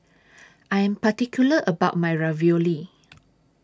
I Am particular about My Ravioli